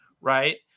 right